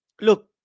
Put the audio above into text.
look